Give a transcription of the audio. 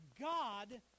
God